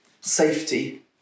safety